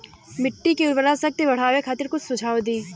मिट्टी के उर्वरा शक्ति बढ़ावे खातिर कुछ सुझाव दी?